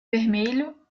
vermelho